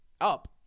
up